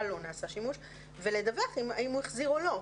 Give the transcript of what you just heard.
לא נעשה שימוש ולדווח אם הוא החזיר או לא?